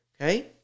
Okay